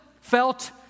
felt